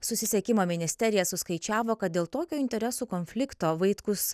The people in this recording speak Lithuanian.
susisiekimo ministerija suskaičiavo kad dėl tokio interesų konflikto vaitkus